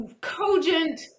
cogent